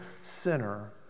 sinner